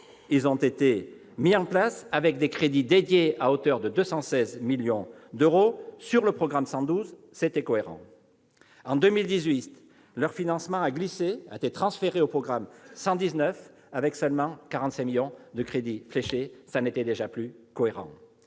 Ils l'ont été en 2017, avec des crédits dédiés à hauteur de 216 millions d'euros inscrits au titre du programme 112- c'était cohérent. En 2018, leur financement a été transféré au programme 119, avec seulement 45 millions d'euros de crédits fléchés- ce n'était déjà plus cohérent.